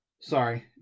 Sorry